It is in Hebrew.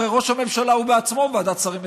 הרי ראש הממשלה הוא בעצמו ועדת שרים מצומצמת.